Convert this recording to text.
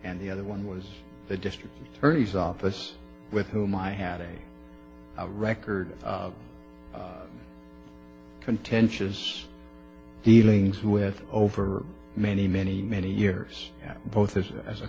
and the other one was the district attorney's office with whom i had a record contentious healing's with over many many many years both as a a